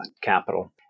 capital